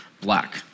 black